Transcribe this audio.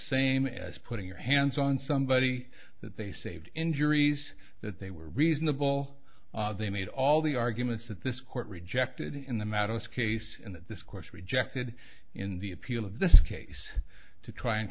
same as putting your hands on somebody that they saved injuries that they were reasonable they made all the arguments that this court rejected in the matters case in the discourse rejected in the appeal of this case to try and